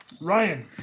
Ryan